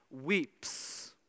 weeps